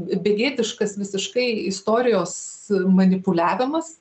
begėdiškas visiškai istorijos manipuliavimas